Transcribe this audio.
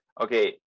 okay